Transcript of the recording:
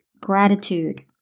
gratitude